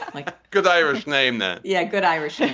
um like a good irish name. ah yeah. good irish and